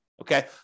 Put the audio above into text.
okay